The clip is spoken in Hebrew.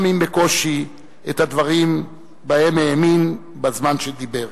גם אם בקושי, את הדברים שבהם האמין בזמן שדיבר.